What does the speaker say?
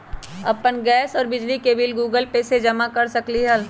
अपन गैस और बिजली के बिल गूगल पे से जमा कर सकलीहल?